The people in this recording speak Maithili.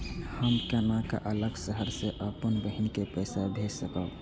हम केना अलग शहर से अपन बहिन के पैसा भेज सकब?